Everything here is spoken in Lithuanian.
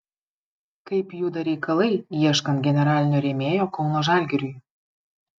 kaip juda reikalai ieškant generalinio rėmėjo kauno žalgiriui